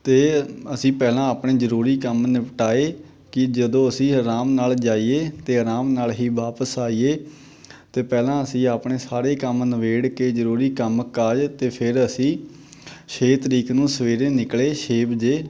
ਅਤੇ ਅਸੀਂ ਪਹਿਲਾਂ ਆਪਣੇ ਜ਼ਰੂਰੀ ਕੰਮ ਨਿਪਟਾਏ ਕਿ ਜਦੋਂ ਅਸੀਂ ਆਰਾਮ ਨਾਲ ਜਾਈਏ ਅਤੇ ਆਰਾਮ ਨਾਲ ਹੀ ਵਾਪਸ ਆਈਏ ਤਾਂ ਪਹਿਲਾਂ ਅਸੀਂ ਆਪਣੇ ਸਾਰੇ ਕੰਮ ਨਿਬੇੜ ਕੇ ਜ਼ਰੂਰੀ ਕੰਮ ਕਾਜ ਅਤੇ ਫਿਰ ਅਸੀਂ ਛੇ ਤਰੀਕ ਨੂੰ ਸਵੇਰੇ ਨਿਕਲੇ ਛੇ ਵਜੇ